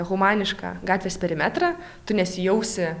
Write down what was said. humanišką gatvės perimetrą tu nesijausi